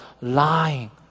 lying